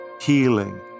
healing